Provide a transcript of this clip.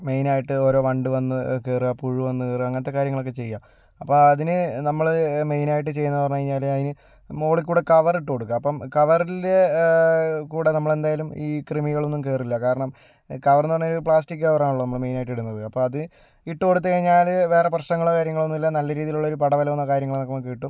main ആയിട്ട് ഓരോ വണ്ടു വന്ന് കയറുക പുഴു വന്ന് കയറുക അങ്ങനത്തെ കാര്യങ്ങളൊക്കെ ചെയ്യുക അപ്പം അതിന് നമ്മൾ മെയിൻ ആയിട്ട് ചെയ്യുന്നത് പറഞ്ഞു കഴിഞ്ഞാൽ അതിനു മുകളിൽക്കൂടി കവർ ഇട്ടു കൊടുക്കുക അപ്പം കവറിൽക്കൂടി നമ്മൾ എന്തായാലും ഈ കൃമികളൊന്നും കയറില്ല കാരണം കവറെന്നു പറഞ്ഞാൽ ഒരു പ്ലാസ്റ്റിക്ക് കവർ ആണല്ലോ നമ്മൾ മെയിൻ ആയിട്ട് ഇടുന്നത് അപ്പോൾ അത് ഇട്ടുകൊടുത്ത് കയിഞ്ഞാൽ വേറെ പ്രശ്നങ്ങളോ കാര്യങ്ങളോ ഒന്നുമില്ല നല്ല രീതിയിലുള്ളൊരു പടവലവും കാര്യങ്ങളൊക്കെ നമുക്ക് കിട്ടും